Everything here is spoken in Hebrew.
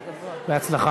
בהצלחה.